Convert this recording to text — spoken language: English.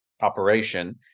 operation